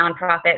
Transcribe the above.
nonprofit